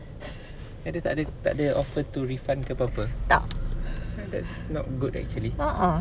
dia tak ada offered to refund ke apa-apa that's not good actually